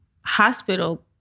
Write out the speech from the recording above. hospital